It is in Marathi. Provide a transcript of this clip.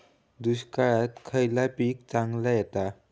दुष्काळात खयला पीक चांगला येता?